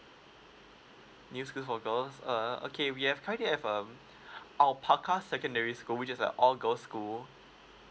new school for girls err okay we have currently have um secondary school which is a all girls' school